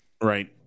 Right